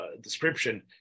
description